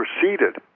proceeded